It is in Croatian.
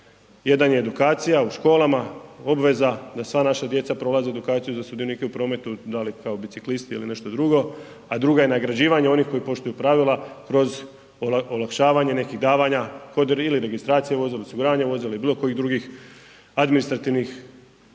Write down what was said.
jedan je edukacija u školama, obveza da sva naša djeca prolaze edukaciju za sudionike u prometu, da li kao biciklisti ili nešto drugo, a druga je nagrađivanje onih koji poštuju pravila kroz olakšavanja nekih davanja kod ili registracije vozila, osiguravanja vozila ili bilo kojih drugih administrativnih